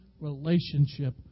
relationship